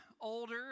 older